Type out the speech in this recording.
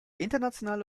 internationale